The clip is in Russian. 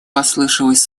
послышалось